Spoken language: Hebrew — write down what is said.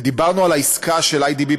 ודיברנו על העסקה של איי.די.בי.